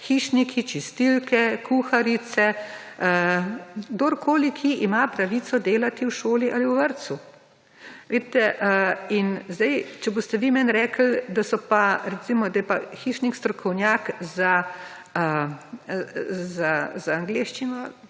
hišniki, čistilke, kuharice, kdorkoli, ki ima pravico delati v šoli ali v vrtcu. Vidite. In zdaj, če boste vi meni rekli, da so pa recimo, da je pa hišnik strokovnjak za angleščino,